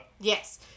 Yes